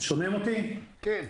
בבקשה.